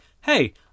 hey